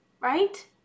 Right